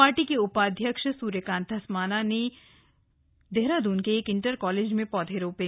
party के उपाध्यक्ष सूर्यकांत धस्माना ने देहरादून के एक इंटर कालेज में पौधे रोपे